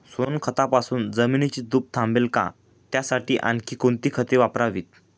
सोनखतापासून जमिनीची धूप थांबेल का? त्यासाठी आणखी कोणती खते वापरावीत?